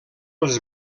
les